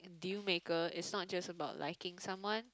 deal maker is not just about liking someone